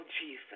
Jesus